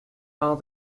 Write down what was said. are